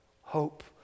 Hope